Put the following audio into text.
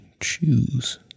choose